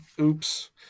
Oops